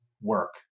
work